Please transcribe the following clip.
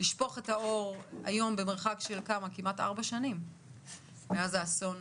במרחק של ארבע שנים מההתרחשות.